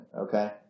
Okay